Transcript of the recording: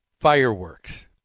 fireworks